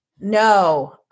No